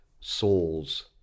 souls